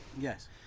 Yes